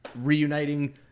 reuniting